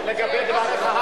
לגבי דבריך,